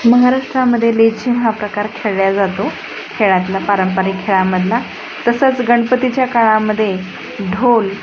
महाराष्ट्रामध्ये लेझिम हा प्रकार खेळला जातो खेळातला पारंपरिक खेळामधला तसंच गणपतीच्या काळामध्ये ढोल